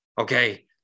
okay